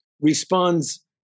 Responds